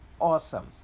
Awesome